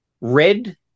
red